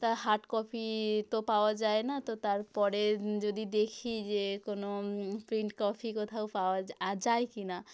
তা hard copy তো পাওয়া যায় না তো তারপরে যদি দেখি যে কোনও প্রিন্ট কপি কোথাও পাওয়া যা যায় কি না